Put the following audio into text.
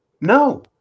No